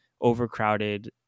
overcrowded